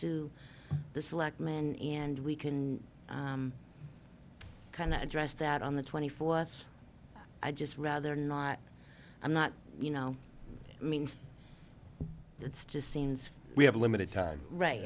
to the selectmen and we can kind of address that on the twenty fourth i just rather not i'm not you know i mean it's just seems we have a limited time right